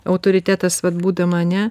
autoritetas vat būdama ane